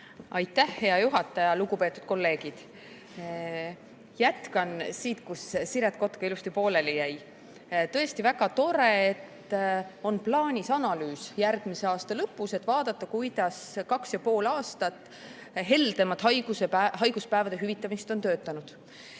Aitäh, hea juhataja! Lugupeetud kolleegid! Jätkan siit, kus Siret Kotka pooleli jäi. Tõesti väga tore, et on plaanis analüüs järgmise aasta lõpus, et vaadata, kuidas kaks ja pool aastat heldemat haiguspäevade hüvitamist on töötanud.